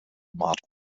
model